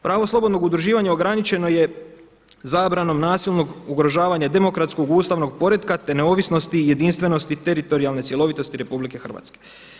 Pravo slobodnog udruživanja ograničeno je zabranom nasilnog ugrožavanja demokratskog ustavnog poretka, te neovisnosti i jedinstvenosti, teritorijalne cjelovitosti Republike Hrvatske.